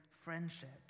friendship